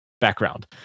background